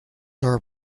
are